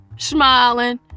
smiling